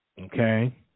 Okay